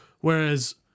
Whereas